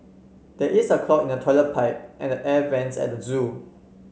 there is a clog in the toilet pipe and the air vents at the zoo